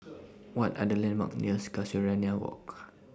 What Are The landmarks near Casuarina Walk